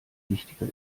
wichtiger